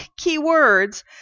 keywords